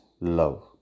love